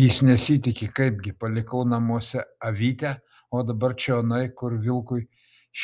jis nesitiki kaipgi palikau namuose avytę o dabar čionai kur vilkui